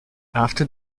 after